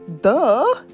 Duh